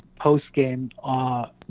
postgame